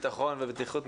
ביטחון ובטיחות,